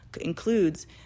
includes